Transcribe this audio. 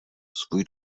svůj